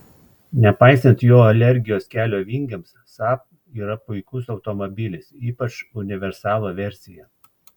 nepaisant jo alergijos kelio vingiams saab yra puikus automobilis ypač universalo versija